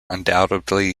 undoubtedly